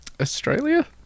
Australia